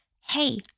hey